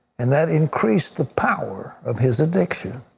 and that increased the power of his addiction.